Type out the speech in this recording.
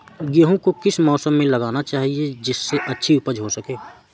गेहूँ को किस मौसम में लगाना चाहिए जिससे अच्छी उपज हो सके?